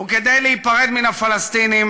וכדי להיפרד מן הפלסטינים,